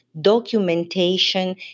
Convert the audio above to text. documentation